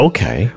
Okay